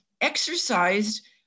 exercised